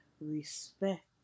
respect